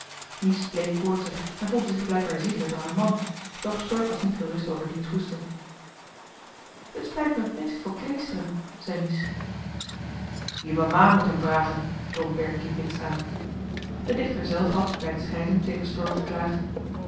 mies bleek koortsig en voelde zich blijkbaar zieker dan haar man doch stork was niet gerust over diens hoesten het spijt me het meest voor kleestra zei mies je mamà moet hem vragen drong berkie bits aan de dichter zelf had bij het scheiden tegen stork geklaagd